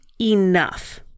enough